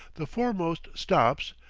the foremost stops,